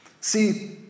See